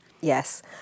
Yes